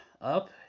up